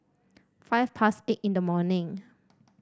five past eight in the morning